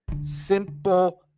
simple